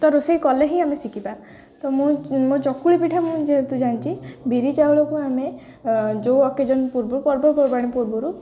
ତ ରୋଷେଇ କଲେ ହିଁ ଆମେ ଶିଖିବା ତ ମୁଁ ମୋ ଚକୁଳି ପିଠା ମୁଁ ଯେହେତୁ ଜାଣିଛି ବିରି ଚାଉଳକୁ ଆମେ ଯେଉଁ ଅକେଜନ୍ ପୂର୍ବରୁ ପର୍ବପର୍ବାଣି ପୂର୍ବରୁ